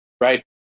right